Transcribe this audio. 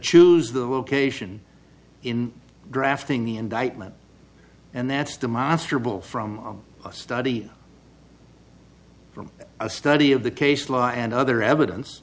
choose the location in drafting the indictment and that's the monster ball from a study from a study of the case law and other evidence